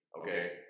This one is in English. okay